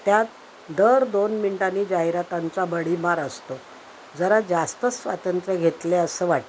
त्यात दर दोन मिनटांनी जाहिरातांचा भडीमार असतो जरा जास्तच स्वातंत्र्य घेतले असं वाटतं